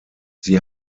sie